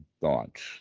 thoughts